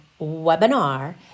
webinar